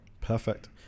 Perfect